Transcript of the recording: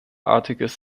articles